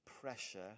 Pressure